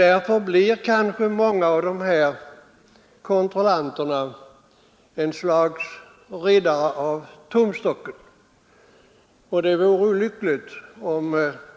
Därför blir kanske många av dessa kontrollanter ett slags riddare av tumstocken, och det vore olyckligt.